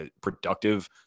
productive